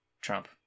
Trump